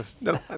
No